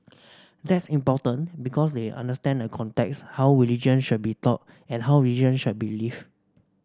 that's important because they understand the context how religion should be taught and how religion should be lived